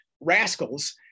rascals